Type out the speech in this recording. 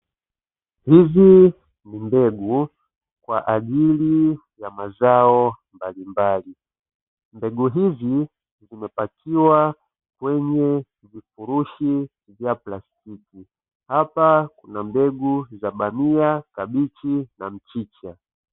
Hizi ni mbegu kwa ajili ya mazao mbalimbali, mbegu hizi zimepakiwa kwenye vifurushi vya plastiki, hapa kuna mbegu za: bamia, kabichi na mchicha.